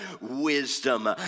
wisdom